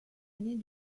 année